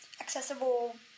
accessible